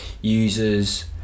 users